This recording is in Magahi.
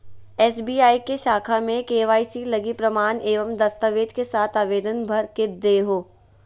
एस.बी.आई के शाखा में के.वाई.सी लगी प्रमाण एवं दस्तावेज़ के साथ आवेदन भर के देहो